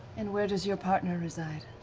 and where does your partner reside?